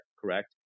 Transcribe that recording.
Correct